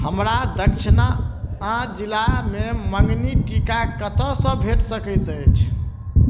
हमरा दच्छिना जिलामे मँगनी टीका कतऽसँ भेट सकै अछि